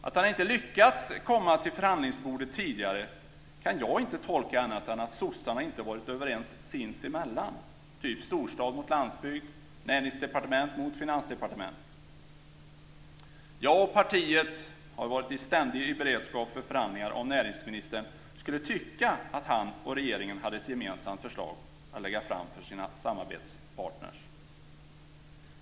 Att han inte lyckats komma till förhandlingsbordet tidigare kan jag inte tolka på annat sätt än att sossarna inte har varit överens sinsemellan - storstad mot landsbygd, näringsdepartement mot finansdepartement. Jag och partiet har varit i ständig beredskap för förhandlingar om näringsministern skulle tycka att han och regeringen hade ett gemensamt förslag att lägga fram för sina samarbetspartner.